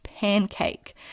pancake